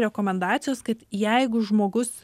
rekomendacijos kad jeigu žmogus